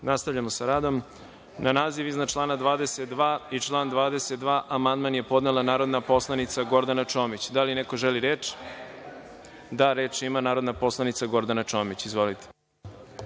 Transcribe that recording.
Zahvaljujem. Na naziv iznad člana 26. i član 26. amandman je podnela narodna poslanica Gordana Čomić. Da li neko želi reč? (Da)Reč ima narodna poslanica Gordana Čomić. Izvolite.